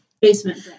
basement